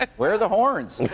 like where are the horns?